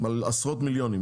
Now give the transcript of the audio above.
על עשרות מיליונים,